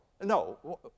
No